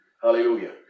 Hallelujah